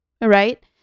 right